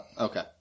okay